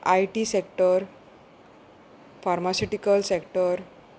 I T sector pharmaceutical sector